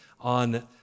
on